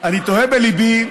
בליבי